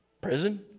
Prison